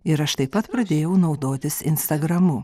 ir aš taip pat pradėjau naudotis instagramu